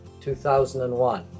2001